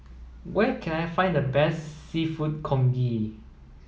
where can I find the best Seafood Congee